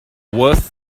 worth